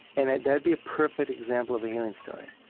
and that would be a perfect example of a healing story.